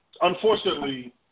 unfortunately